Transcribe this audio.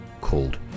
called